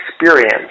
experience